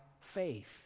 faith